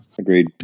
Agreed